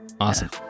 awesome